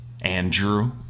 Andrew